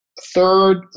Third